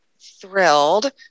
thrilled